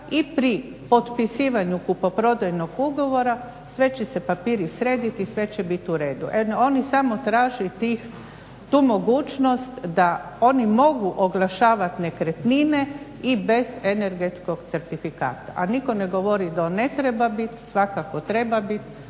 i pri potpisivanju kupoprodajnog ugovora svi će se papiri srediti i sve će biti u redu. Oni samo traže tu mogućnost da oni mogu oglašavat nekretnine i bez energetskog certifikata, a nitko ne govori da on ne treba bit, svakako treba bit